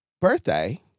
birthday